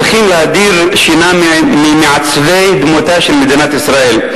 צריכים להדיר שינה מעיניהם של מעצבי דמותה של מדינת ישראל.